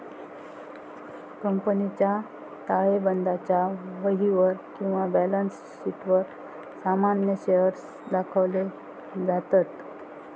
कंपनीच्या ताळेबंदाच्या वहीवर किंवा बॅलन्स शीटवर सामान्य शेअर्स दाखवले जातत